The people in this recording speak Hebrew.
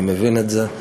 אני מבין את זה.